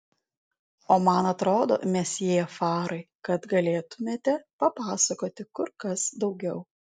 o man atrodo mesjė farai kad galėtumėte papasakoti kur kas daugiau